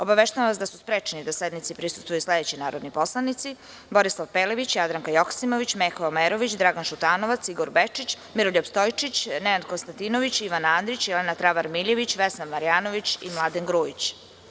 Obaveštavam vas da su sprečeni da sednici prisustvuju sledeći narodni poslanici: Borislav Pelević, Jadranka Joksimović, Meho Omerović, Dragan Šutanovac, Igor Bečić, Miroljub Stojčić, Nenad Konstantinović, Ivan Andrić, Ivana Travar Miljević, Vesna Marjanović i Mladen Grujić.